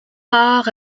part